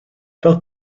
fel